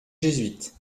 jésuites